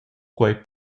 quei